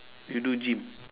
you do gym